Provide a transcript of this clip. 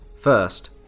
First